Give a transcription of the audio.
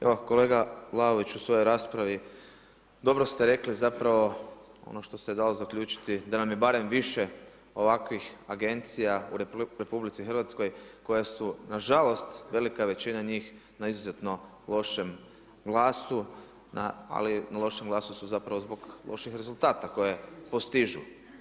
Evo kolega Vlaović u svojoj raspravi dobro ste rekli zapravo ono što se dalo zaključiti da nam je barem više ovakvih agencija u RH koja su na žalost velika većina njih na izuzetno lošem glasu, ali na lošem glasu su zapravo zbog loših rezultata koje postižu.